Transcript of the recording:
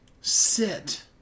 sit